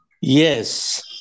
Yes